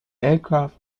aircraft